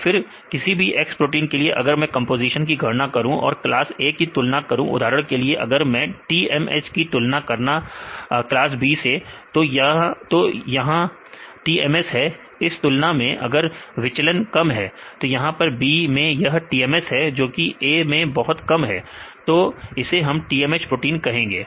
तो फिर किसी भी xप्रोटीन के लिए अगर मैं कंपोजीशन की गणना करूं और क्लास A से तुलना करूं उदाहरण के लिए अगर मैं TMH की तुलना करना क्लास B से तो यहां TMS है इस तुलना में अगर विचलन कम है यहां पर B मैं यह TMS है जोकि A मैं बहुत कम है तो इसे हम TMH प्रोटीन कहेंगे